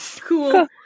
cool